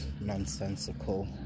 Nonsensical